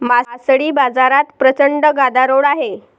मासळी बाजारात प्रचंड गदारोळ आहे